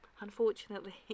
unfortunately